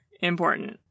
important